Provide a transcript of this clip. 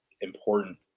important